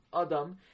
Adam